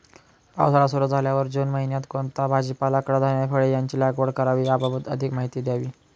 पावसाळा सुरु झाल्यावर जून महिन्यात कोणता भाजीपाला, कडधान्य, फळे यांची लागवड करावी याबाबत अधिक माहिती द्यावी?